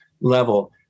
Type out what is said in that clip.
level